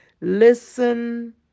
Listen